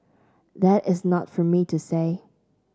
that is not for me to say